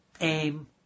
Aim